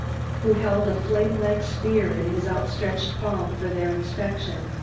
who held a flamelike sphere in his outstretched palm for their inspection.